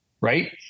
right